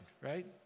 right